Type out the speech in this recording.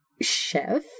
Chef